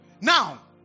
Now